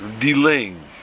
delaying